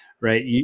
right